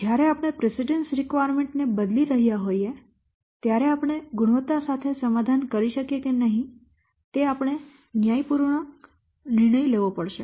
જ્યારે આપણે precedence requirement ને બદલી રહ્યા હોઈએ ત્યારે આપણે ગુણવત્તા સાથે સમાધાન કરી શકીએ કે નહીં તે આપણે ન્યાયપૂર્ણ નિર્ણય લેવો પડશે